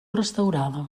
restaurada